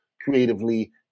creatively